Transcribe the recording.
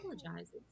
apologizes